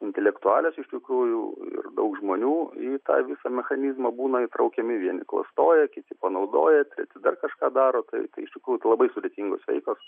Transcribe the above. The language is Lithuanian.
intelektualios iš tikrųjų ir daug žmonių į tą visą mechanizmą būna įtraukiami vieni klastoja kiti panaudoja treti dar kažką daro tai tai iš tikrųjų tai labai sudėtingos veiklos